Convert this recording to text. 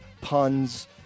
puns